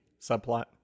subplot